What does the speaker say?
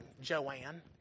Joanne